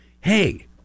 hey